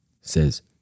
says